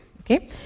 Okay